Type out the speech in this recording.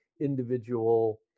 individual